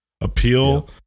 Appeal